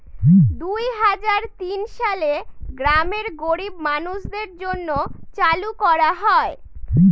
দুই হাজার তিন সালে গ্রামের গরীব মানুষদের জন্য চালু করা হয়